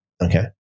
okay